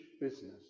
business